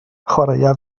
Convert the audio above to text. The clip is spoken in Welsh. chwaraea